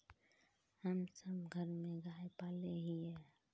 हम सब घर में गाय पाले हिये?